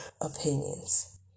opinions